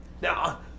Now